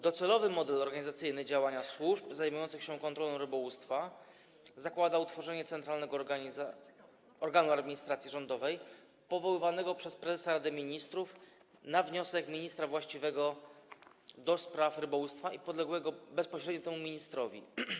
Docelowy model organizacyjny działania służb zajmujących się kontrolą rybołówstwa zakłada utworzenie centralnego organu administracji rządowej powoływanego przez prezesa Rady Ministrów na wniosek ministra właściwego do spraw rybołówstwa i podległego bezpośrednio temu ministrowi.